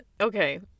Okay